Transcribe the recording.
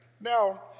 Now